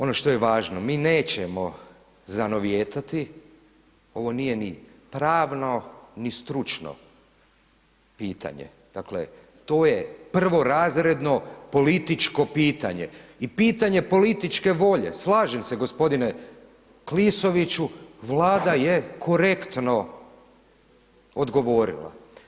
Ono što je važno, mi nećemo zanovijetati, ovo nije ni pravno, ni stručno pitanje, dakle, to je prvorazredno političko pitanje i pitanje političke volje, slažem se g. Klisoviću, Vlada je korektno odgovorila.